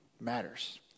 matters